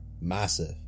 massive